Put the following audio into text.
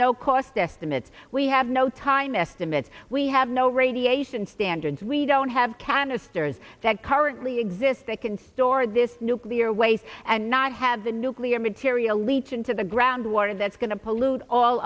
no cost estimates we have no time estimate we have no radiation standards we don't have canisters that currently exist that can store this nuclear waste and not have the nuclear material eats into the groundwater that's going to pollute all